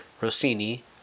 Rossini